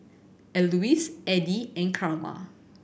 Alois Addie and Karma